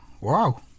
Wow